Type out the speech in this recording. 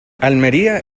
almería